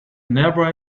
nearby